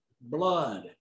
blood